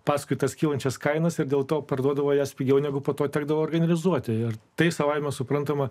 paskui tas kylančias kainas ir dėl to parduodavo jas pigiau negu po to tekdavo organizuoti ir tai savaime suprantama